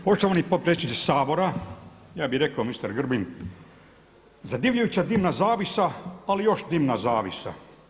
Poštovani potpredsjedniče Sabora, ja bih rekao mister Grbin zadivljujuća dimna zavjesa, ali još dimna zavjesa.